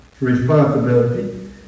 responsibility